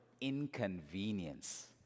inconvenience